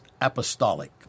Apostolic